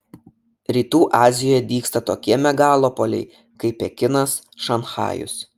rytų azijoje dygsta tokie megalopoliai kaip pekinas šanchajus